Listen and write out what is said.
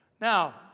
Now